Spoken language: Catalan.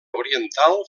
oriental